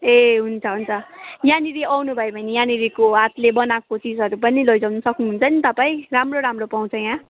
ए हुन्छ हुन्छ यहाँनेर आउनु भयो भने यहाँनेरको हातले बनाएको चिजहरू पनि लैजानु सक्नु हुन्छ नि तपाईँ राम्रो राम्रो पाउँछ यहाँ